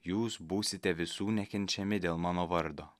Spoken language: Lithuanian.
jūs būsite visų nekenčiami dėl mano vardo